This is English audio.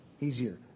easier